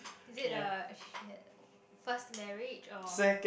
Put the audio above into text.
is it her uh she had first marriage or